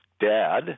dad